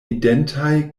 identaj